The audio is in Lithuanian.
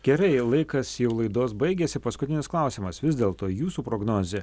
gerai laikas jau laidos baigiasi paskutinis klausimas vis dėlto jūsų prognozė